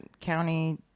County